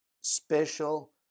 special